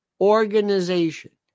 organization